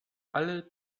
alle